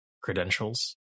credentials